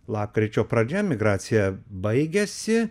lapkričio pradžia migracija baigėsi